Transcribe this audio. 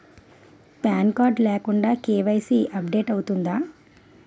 Pan card లేకుండా KYC update అవుతుందా?